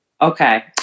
Okay